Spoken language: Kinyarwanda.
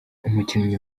umukinnyi